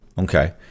Okay